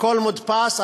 הכול מודפס,